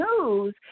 news